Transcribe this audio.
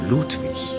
Ludwig